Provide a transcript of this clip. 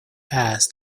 asks